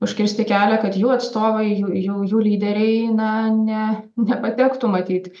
užkirsti kelią kad jų atstovai jų jų jų lyderiai na ne nepatektų matyt